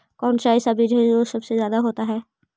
कौन सा ऐसा बीज है जो सबसे ज्यादा होता है?